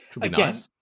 Again